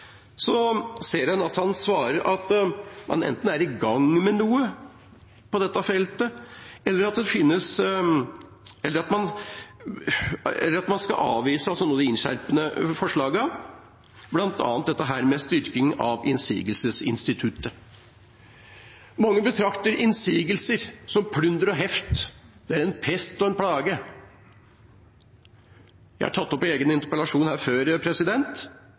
ser en at han svarer at man enten er i gang med noe på dette feltet, eller at man skal avvise de innskjerpende forslagene, bl.a. dette med styrking av innsigelsesinstituttet. Mange betrakter innsigelser som plunder og heft, en pest og en plage. Jeg har før tatt opp i en egen interpellasjon